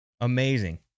Amazing